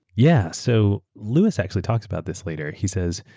yeah. so louis actually talks about this later, he says,